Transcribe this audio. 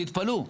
תתפלאו,